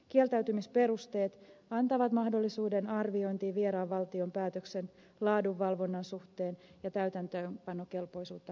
kieltäytymisperusteet antavat mahdollisuuden arviointiin vieraan valtion päätöksen laadunvalvonnan suhteen ja täytäntöönpanokelpoisuutta harkittaessa